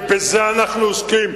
ובזה אנחנו עוסקים,